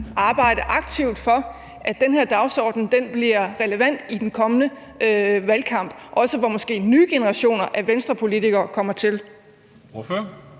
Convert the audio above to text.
arbejde aktivt for, at den her dagsorden bliver relevant i den kommende valgkamp, hvor måske også en ny generation af Venstrepolitikere kommer til?